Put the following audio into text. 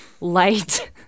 light